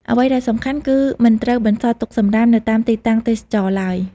អ្វីដែលសំខាន់ គឺមិនត្រូវបន្សល់ទុកសំរាមនៅតាមទីតាំងទេសចរណ៍ឡើយ។